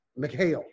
McHale